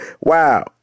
wow